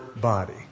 body